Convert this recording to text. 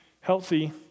healthy